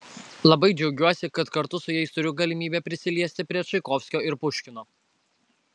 labai džiaugiuosi kad kartu su jais turiu galimybę prisiliesti prie čaikovskio ir puškino